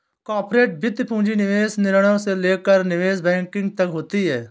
corporate वित्त पूंजी निवेश निर्णयों से लेकर निवेश बैंकिंग तक होती हैं